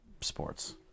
Sports